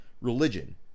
Religion